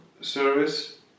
service